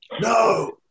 No